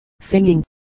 singing